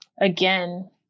again